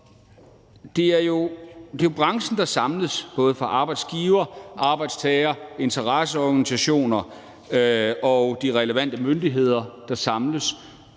det er jo branchen, der samles, både arbejdsgiverne, arbejdstagerne, interesseorganisationerne og de relevante myndigheder samles